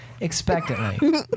expectantly